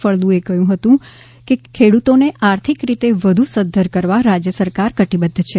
ફળદુએ કહ્યું હતું કે ખેડુતોને આર્થિક રીતે વધુ સધ્ધર કરવા રાજ્ય સરકાર કટિબદ્ધ છે